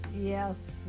yes